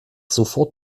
sofort